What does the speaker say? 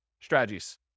strategies